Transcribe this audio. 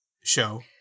show